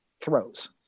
throws